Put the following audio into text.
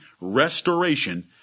restoration